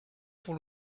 pour